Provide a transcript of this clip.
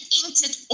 entered